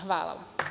Hvala.